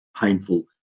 painful